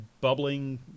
bubbling